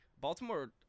Baltimore